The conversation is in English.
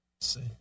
See